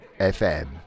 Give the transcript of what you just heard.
FM